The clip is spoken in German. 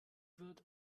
wird